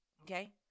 Okay